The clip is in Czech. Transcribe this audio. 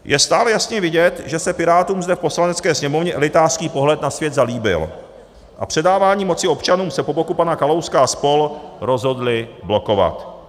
Je stále jasně vidět, že se Pirátům zde v Poslanecké sněmovně elitářský pohled na svět zalíbil a předávání moci občanům se po boku pana Kalouska a spol. rozhodli blokovat.